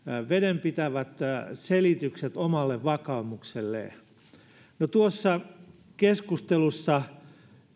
vedenpitävät selitykset omalle vakaumukselleen no tuossa keskustelussa